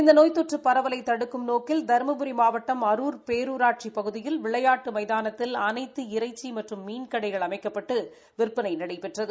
இந்த நோய் தொற்று பரவலை தடுக்கும் நோக்கில் தருமபுரி மாவட்டம் அரூர் பேரூராட்சிப் பகுதியில் விளையாட்டு மைதானத்தில் அனைத்து இறைச்சி மற்றும் மீன் கடைகள் அமைக்கப்பட்டு விற்பனை நடைபெற்றது